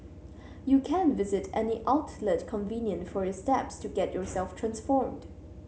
you can visit any outlet convenient for your steps to get yourself transformed